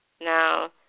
Now